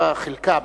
חלקה,